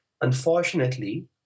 unfortunately